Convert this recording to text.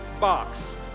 box